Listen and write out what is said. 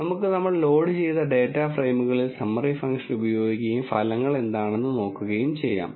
നമുക്ക് നമ്മൾ ലോഡ് ചെയ്ത ഡാറ്റ ഫ്രെയിമുകളിൽ സമ്മറി ഫങ്ക്ഷൻ ഉപയോഗിക്കുകയും ഫലങ്ങൾ എന്താണെന്ന് നോക്കുകയും ചെയ്യാം